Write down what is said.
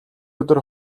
өдөр